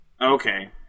Okay